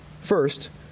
First